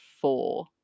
four